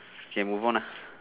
okay move on lah